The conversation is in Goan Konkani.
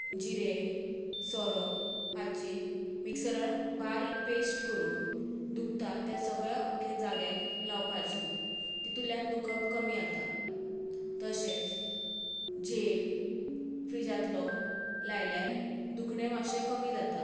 जिरें सोरो हाची मिक्सरार बारीक पेस्ट करून दुखता त्या सगळ्या आख्ख्या जाग्याक लावपाची तितुंतल्यान दुखप कमी जाता तशेंच जेल फ्रिजांतलो लायल्यार दुखणें मातशें कमी जाता